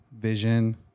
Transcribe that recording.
vision